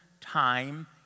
time